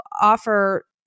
offer